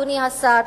אדוני השר,